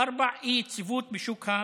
4. אי-יציבות בשוק המחזור.